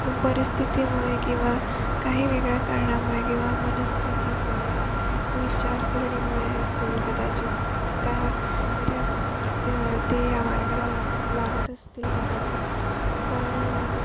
पण परिस्थितीमुळे किंवा काही वेगळ्या कारणामुळे किंवा मनस्थितीमुळे विचारसरणीमुळे असेल कदाचित का त्या ते या मार्गाला लाग लागत असतील कदाचित पण